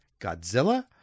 Godzilla